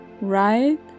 right